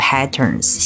Patterns